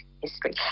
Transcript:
history